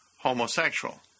homosexual